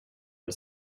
det